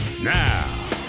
Now